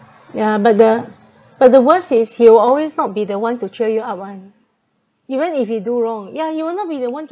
yeah but the but the worst is he will always not be the one to cheer you up [one] even if he do wrong yeah he will not be the one to